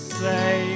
say